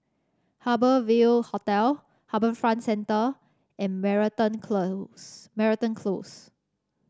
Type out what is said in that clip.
Harbour Ville Hotel HarbourFront Centre and Moreton Close Moreton Close